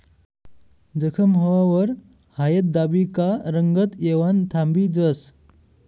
जखम व्हवावर हायद दाबी का रंगत येवानं थांबी जास